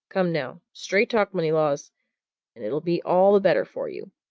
come now straight talk, moneylaws and it'll be all the better for you.